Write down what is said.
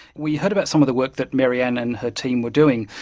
we heard about some of the work that mary-anne and her team were doing,